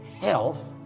Health